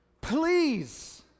Please